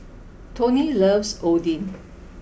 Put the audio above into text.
Tony loves Oden